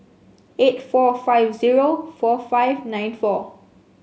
eight four five zero four five nine four